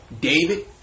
David